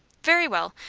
very well.